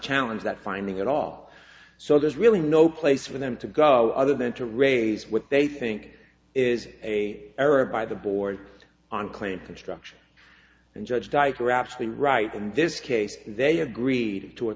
challenge that finding at all so there's really no place for them to go other than to raise what they think is a error by the board on claim construction and judge dyker actually right in this case they agreed to